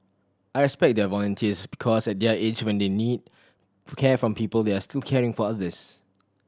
I respect their volunteers because at their age when they need care from people they are still caring for others